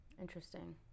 Interesting